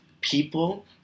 people